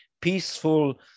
peaceful